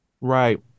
Right